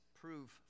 prove